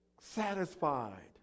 satisfied